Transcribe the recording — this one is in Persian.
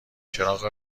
چراغ